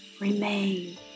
remain